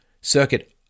Circuit